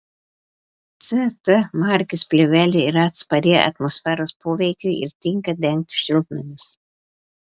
ct markės plėvelė yra atspari atmosferos poveikiui ir tinka dengti šiltnamius